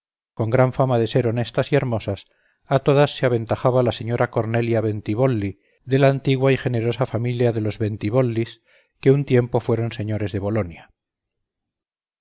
con gran fama de ser honestas y hermosas á todas se aventajaba la señora cornelia bentibolli de la antigua y generosa familia de los bentibollis que un tiempo fuéron señores de bolonia